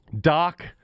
doc